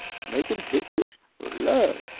making pictures or love?